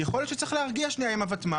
יכול להיות שצריך להרגיע עם הוותמ"ל.